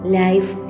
life